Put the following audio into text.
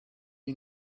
you